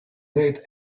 late